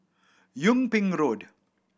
Yung Ping Road